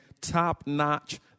top-notch